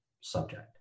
subject